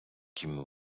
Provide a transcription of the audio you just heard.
кім